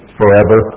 forever